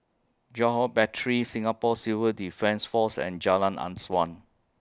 Johore Battery Singapore Civil Defence Force and Jalan